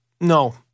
No